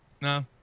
nah